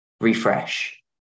refresh